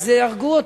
הרגו אותה.